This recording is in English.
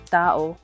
tao